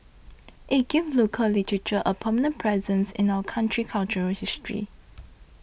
it gives local literature a permanent presence in our country's cultural history